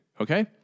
Okay